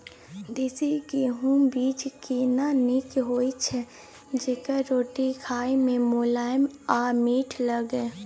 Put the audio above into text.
देसी गेहूँ बीज केना नीक होय छै जेकर रोटी खाय मे मुलायम आ मीठ लागय?